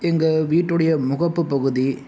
எங்கள் வீட்டுடைய முகப்பு பகுதி